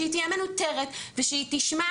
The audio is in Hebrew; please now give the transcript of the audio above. שהיא תהיה מנוטרת ושהיא תדע